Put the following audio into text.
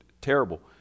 terrible